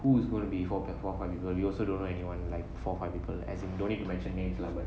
who is going to be four four five people we also don't know anyone like four five people as in don't need to mention names lah but